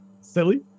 Silly